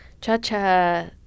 Cha-Cha